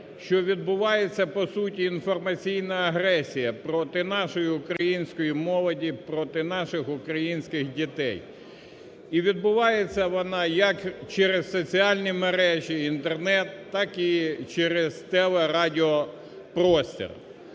що відбувається по-суті інформаційна агресія проти нашої української молоді, проти наших українських дітей. І відбувається вона як через соціальні мережі, Інтернет, так і через телерадіопростір.